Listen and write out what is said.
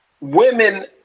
women